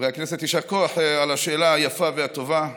חברי הכנסת, יישר כוח על השאלה היפה והטובה.